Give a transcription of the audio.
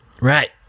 Right